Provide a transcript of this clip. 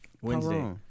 Wednesday